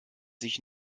sich